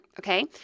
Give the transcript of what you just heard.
okay